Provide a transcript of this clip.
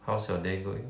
how's your day going